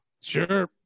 Sure